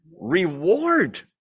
Reward